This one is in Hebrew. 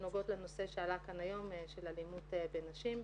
שנוגעות לנושא שעלה כאן היום של אלימות נגד נשים.